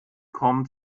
kommt